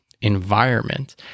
environment